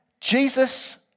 Jesus